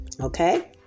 okay